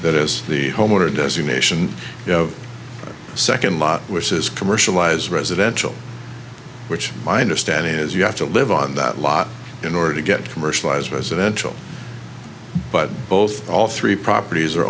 that is the homeowner designation of second lot which is commercialized residential which my understanding is you have to live on that lot in order to get commercialized residential but both all three properties are